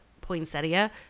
poinsettia